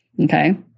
Okay